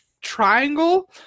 triangle